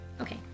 Okay